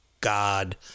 god